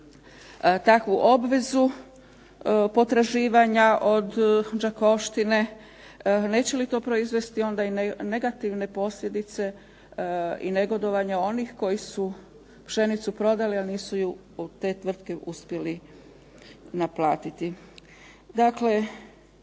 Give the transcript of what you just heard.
takvu obvezu potraživanja od "Đakovštine" neće li to proizvesti onda i negativne posljedice i negodovanja onih koji su pšenicu prodali, a nisu ju u te tvrtke uspjeli naplatiti. Dakle,